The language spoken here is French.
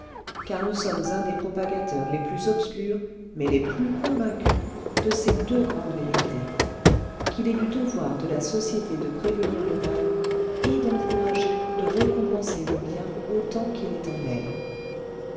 car nous sommes un des propagateurs les plus obscurs mais les plus convaincus de ces deux grandes vérités qu'il est du devoir de la société de prévenir le mal et d'encourager de récompenser le bien autant qu'il est en elle